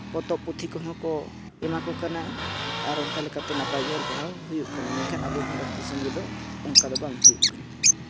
ᱯᱚᱛᱚᱵ ᱯᱩᱛᱷᱤ ᱠᱚᱦᱚᱸ ᱠᱚ ᱮᱢᱟ ᱠᱚ ᱠᱟᱱᱟ ᱟᱨ ᱚᱱᱠᱟ ᱞᱮᱠᱟᱛᱮ ᱱᱟᱯᱟᱭ ᱚᱞ ᱯᱟᱲᱦᱟᱣ ᱦᱩᱭᱩᱜ ᱠᱟᱱᱟ ᱢᱮᱱᱠᱷᱟᱱ ᱟᱵᱚ ᱵᱷᱟᱨᱚᱛ ᱫᱤᱥᱚᱢ ᱨᱮᱫᱚ ᱚᱱᱠᱟ ᱫᱚ ᱵᱟᱝ ᱦᱩᱭᱩᱜ ᱠᱟᱱᱟ